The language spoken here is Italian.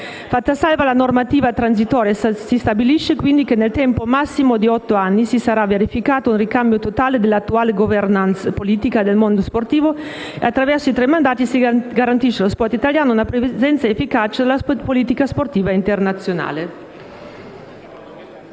Fatta salva la normativa transitoria si stabilisce, quindi, che, nel tempo massimo di otto anni, si sarà verificato un ricambio totale dell'attuale *governance* politica del mondo sportivo e, attraverso i tre mandati, si garantisce allo sport italiano una presenza efficace nella politica sportiva internazionale.